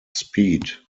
speed